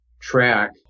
track